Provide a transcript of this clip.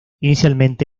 inicialmente